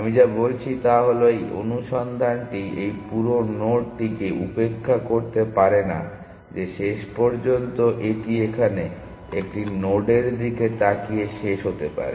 আমি যা বলছি তা হল এই অনুসন্ধানটি এই পুরো নোডটিকে উপেক্ষা করতে পারে না যে শেষ পর্যন্ত এটি এখানে একটি নোডের দিকে তাকিয়ে শেষ হতে পারে